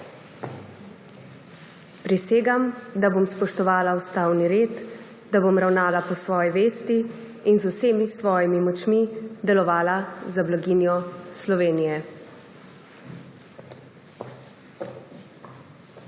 Prisegam, da bom spoštovala ustavni red, da bom ravnala po svoji vesti in z vsemi svojimi močmi delovala za blaginjo Slovenije.